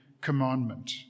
commandment